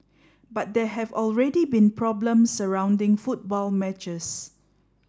but there have already been problems surrounding football matches